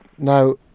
Now